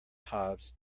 hobs